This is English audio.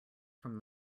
from